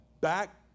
back